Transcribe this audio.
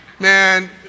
Man